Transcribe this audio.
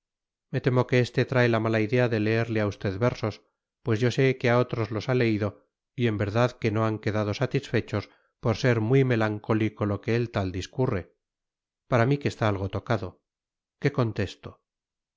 me temo que éste trae la mala idea de leerle a usted versos pues yo sé que a otros los ha leído y en verdad que no han quedado satisfechos por ser muy melancólico lo que el tal discurre para mí que está algo tocado qué contesto